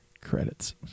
Credits